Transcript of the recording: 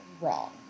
wrong